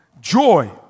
joy